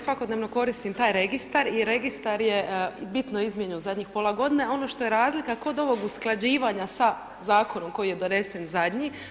Svakodnevno koristim taj registar i registar je bitno izmijenjen u zadnjih pola godine, a ono što je razlika kod ovog usklađivanja sa zakonom koji je donesen zadnji.